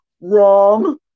Wrong